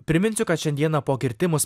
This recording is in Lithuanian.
priminsiu kad šiandieną po kirtimus